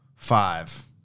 Five